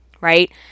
right